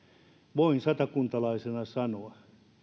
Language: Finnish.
voin satakuntalaisena sanoa